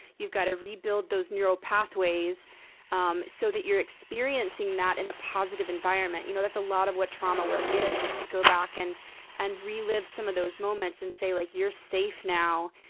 you've gotta rebuild those neural pathways um so that you're experiencing that in a positive environment. you know that's a lot of what trauma work is, is to go back and and relive some of those moments and say like, you're safe now.